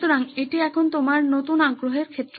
সুতরাং এটি এখন তোমার নতুন আগ্রহের ক্ষেত্র